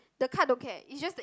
the card don't care it's just the